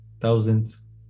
thousands